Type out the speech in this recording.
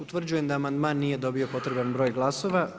Utvrđujem da amandman nije dobio potreban broj glasova.